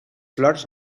flors